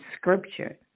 scripture